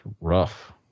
rough